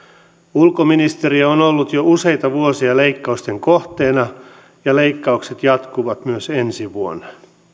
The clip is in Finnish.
ulkoministeriö on ollut jo useita vuosia leikkausten kohteena ja leikkaukset jatkuvat myös ensi vuonna